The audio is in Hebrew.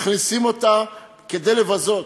מכניסים אותם כדי לבזות,